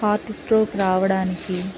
heart stroke రావడానికి